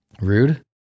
rude